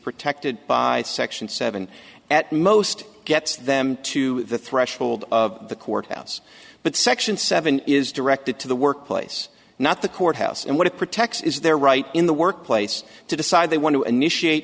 protected by section seven at most gets them to the threshold of the courthouse but section seven is directed to the workplace not the court house and what it protects is their right in the workplace to decide they want to initiate